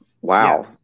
wow